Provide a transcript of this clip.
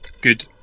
good